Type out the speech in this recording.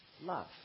love